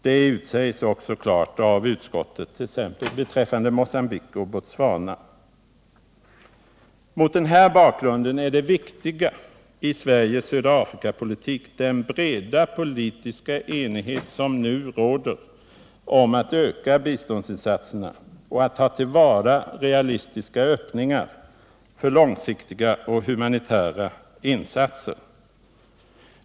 Detta utsägs också klart av utskottet, t.ex. beträffande Mocambique och Botswana. Mot den här bakgrunden är det viktiga i Sveriges södra Afrika-politik den breda politiska enighet som nu råder om att öka biståndsinsatserna och att ta till vara realistiska öppningar för långsiktiga och humanitära insatser.